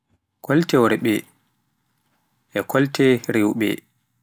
kolte worɓe e kolte rewɓe.